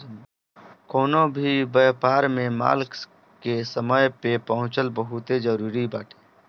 कवनो भी व्यापार में माल के समय पे पहुंचल बहुते जरुरी बाटे